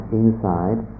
inside